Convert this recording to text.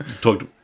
talked